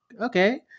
okay